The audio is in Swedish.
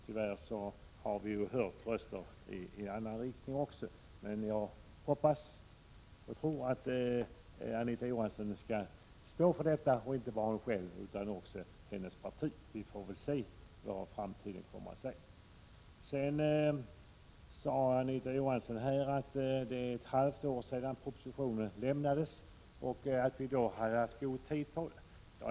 Tyvärr har vi ju hört röster i annan riktning också, men jag hoppas och tror att Anita Johansson skall stå för detta — och inte bara hon utan hela hennes parti. Vi får väl se vad framtiden utvisar. Anita Johansson sade att det är ett halvt år sedan propositionen lämnades och att vi därför haft god tid på oss.